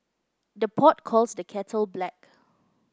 the pot calls the kettle black